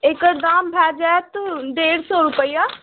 एकर दाम भऽ जायत डेढ़ सए रुपआ